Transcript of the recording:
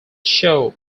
show